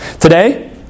Today